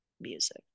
music